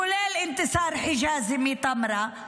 כולל אנתסאר חג'אזי מטמרה,